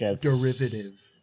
derivative